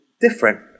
different